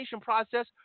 process